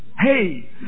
Hey